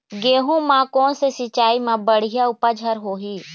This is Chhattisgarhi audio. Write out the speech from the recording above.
गेहूं म कोन से सिचाई म बड़िया उपज हर होही?